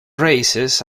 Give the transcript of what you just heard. raises